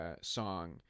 song